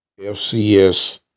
FCS